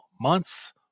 months